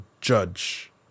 judge